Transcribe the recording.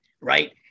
right